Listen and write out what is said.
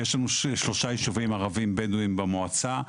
יש לנו שלושה ישובים ערבים בדואים במועצה,